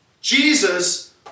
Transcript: Jesus